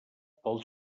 pel